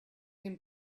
him